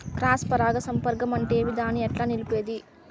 Cross పరాగ సంపర్కం అంటే ఏమి? దాన్ని ఎట్లా నిలిపేది?